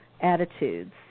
attitudes